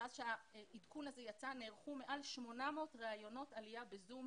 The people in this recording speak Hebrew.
מאז שהעדכון הזה יצא נערכו מעל 800 ראיונות עלייה ב-זום,